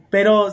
Pero